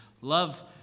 Love